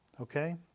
Okay